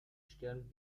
stirn